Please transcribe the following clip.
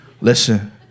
listen